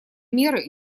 меры